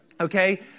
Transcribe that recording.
Okay